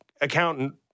accountant